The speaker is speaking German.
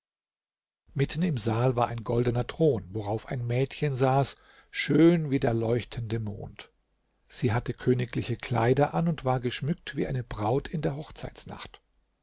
mitten im saal war ein goldener thron worauf ein mädchen saß schön wie der leuchtende mond sie hatte königliche kleider an und war geschmückt wie eine braut in der hochzeitsnacht